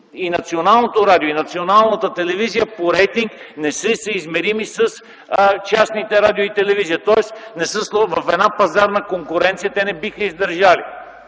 и Националното радио, и Националната телевизия по рейтинг не са съизмерими с частните радио и телевизия. Тоест в една пазарна конкуренция те не биха издържали.